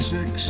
Six